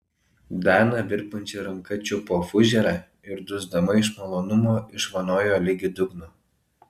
dana virpančia ranka čiupo fužerą ir dusdama iš malonumo išvanojo ligi dugno